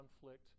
conflict